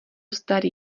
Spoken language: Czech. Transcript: starý